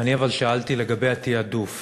אבל אני שאלתי לגבי התעדוף.